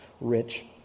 rich